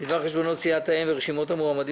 בדבר חשבונות סיעות האם ורשימות המועמדים